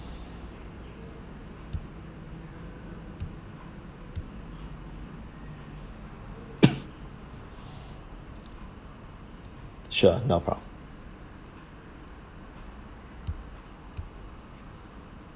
sure no prob~